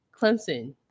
Clemson